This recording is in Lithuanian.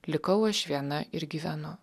likau aš viena ir gyvenu